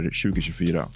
2024